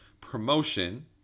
promotion